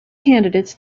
candidates